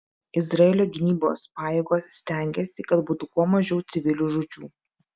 izraelio gynybos pajėgos stengiasi kad būtų kuo mažiau civilių žūčių